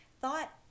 thought